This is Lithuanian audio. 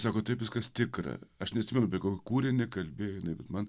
sako taip viskas tikra aš neatsimenu apie kok kūrinį kalbėj bet man